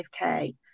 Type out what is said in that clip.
5k